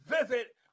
visit